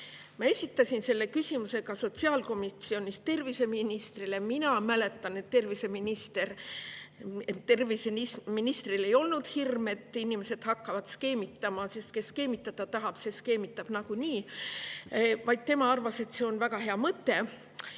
Ma esitasin selle küsimuse ka sotsiaalkomisjonis terviseministrile. Mina mäletan, et terviseministril ei olnud hirmu, et inimesed hakkavad skeemitama. Kes skeemitada tahab, see skeemitab niikuinii. Tema arvas, et see on väga hea mõte.